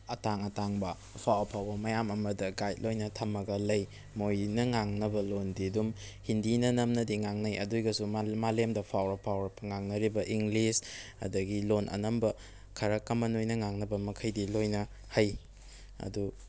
ꯑꯇꯥꯡ ꯑꯇꯥꯡꯕ ꯑꯐꯥꯎ ꯑꯐꯥꯎꯕ ꯃꯌꯥꯝ ꯑꯃꯗ ꯒꯥꯏꯗ ꯂꯣꯏꯅ ꯊꯝꯃꯒ ꯂꯩ ꯃꯣꯏꯅ ꯉꯥꯡꯅꯕ ꯂꯣꯟꯗꯤ ꯑꯗꯨꯝ ꯍꯤꯟꯗꯤꯅ ꯅꯝꯅꯗꯤ ꯉꯥꯡꯅꯩ ꯑꯗꯨ ꯑꯣꯏꯔꯒꯁꯨ ꯃꯥꯂꯦꯝꯗ ꯐꯥꯎꯔ ꯐꯥꯎꯔꯕ ꯉꯥꯡꯅꯔꯤꯕ ꯏꯪꯂꯤꯁ ꯑꯗꯨꯗꯒꯤ ꯂꯣꯟ ꯑꯅꯝꯕ ꯈꯔ ꯀꯃꯟ ꯑꯣꯏꯅ ꯉꯥꯡꯅꯕ ꯃꯈꯩꯗꯤ ꯂꯣꯏꯅ ꯍꯩ ꯑꯗꯨ